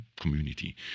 community